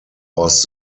was